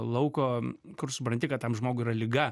lauko kur supranti kad tam žmogui yra liga